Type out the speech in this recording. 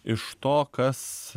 iš to kas